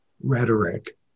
rhetoric